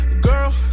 girl